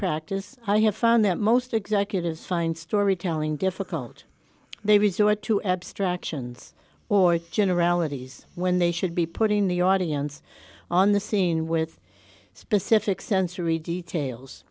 practice i have found that most executives find storytelling difficult they resort to abstractions or generalities when they should be putting the audience on the scene with specific sensory details